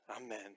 Amen